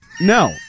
No